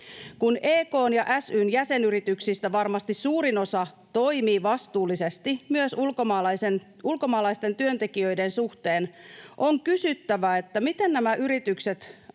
Kun EK:n ja SY:n jäsenyrityksistä varmasti suurin osa toimii vastuullisesti myös ulkomaalaisten työntekijöiden suhteen, on kysyttävä, mitä nämä yritykset